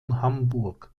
hamburg